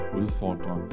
udfordre